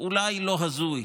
אולי לא הזוי,